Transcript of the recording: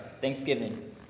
Thanksgiving